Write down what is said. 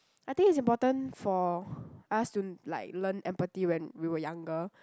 I think it's important for us to like learn empathy when we were younger